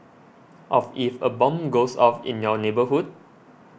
of if a bomb goes off in your neighbourhood